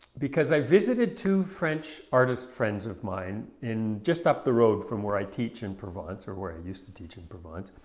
because i visited two french artist friends of mine in just up the road from where i teach in provence, or where i used to teach in provence,